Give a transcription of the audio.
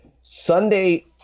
Sunday